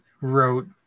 wrote